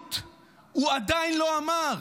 אחריות הוא עדיין לא אמר,